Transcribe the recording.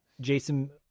Jason